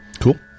Cool